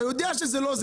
אתה יודע שזה לא זה.